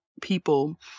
people